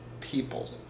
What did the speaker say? people